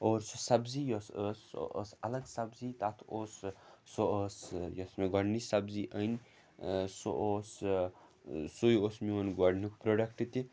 اور سُہ سبزی یۄس ٲس سۄ ٲس الگ سبزی تَتھ اوس سُہ ٲس یۄس مےٚ گۄڈٕنِچ سبزی أنۍ سُہ اوس سُے اوس میون گۄڈٕنیُک پرٛوڈَکٹ تہِ